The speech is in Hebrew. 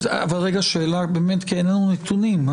שאלה באמת כי אין לנו נתונים.